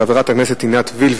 חברת הכנסת עינת וילף,